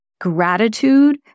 gratitude